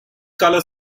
colour